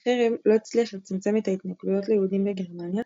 החרם לא הצליח לצמצם את ההתנכלויות ליהודים בגרמניה,